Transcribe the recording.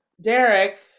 derek